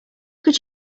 could